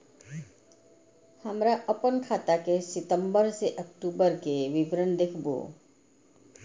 हमरा अपन खाता के सितम्बर से अक्टूबर के विवरण देखबु?